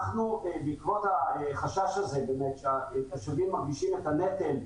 אנחנו, בעקבות החשש הזה שהתושבים מרגישים את הנטל,